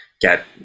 get